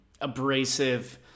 abrasive